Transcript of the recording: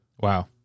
Wow